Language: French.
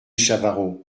chavarot